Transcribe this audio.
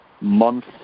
month